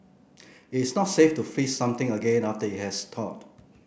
it's not safe to freeze something again after it has thawed